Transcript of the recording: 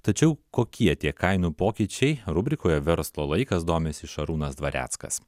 tačiau kokie tie kainų pokyčiai rubrikoje verslo laikas domisi šarūnas dvareckas